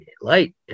light